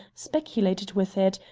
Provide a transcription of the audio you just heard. speculated with it,